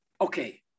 Okay